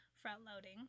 front-loading